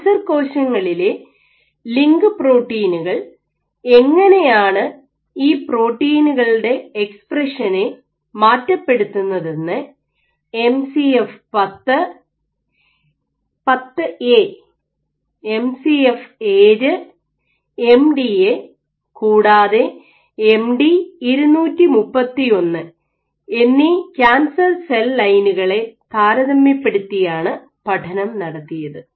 cancer കോശങ്ങളിലെ link പ്രോട്ടീനുകൾ എങ്ങനെയാണ് ഈ പ്രോട്ടീനുകളുടെ എക്സ്പ്രഷനെ മാറ്റപ്പെടുത്തുന്നതെന്ന്എം C F 10 A M C F 7 M D A കൂടാതെ M D 231 MCF 10A MCF7 MDA and MD 231 എന്നീ ക്യാൻസർ സെൽലൈനുകളെ താരതമ്യപ്പെടുത്തി ആണ് പഠനം നടത്തിയത്